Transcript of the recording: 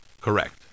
Correct